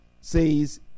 says